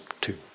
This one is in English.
two